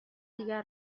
دیگر